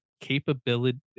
capability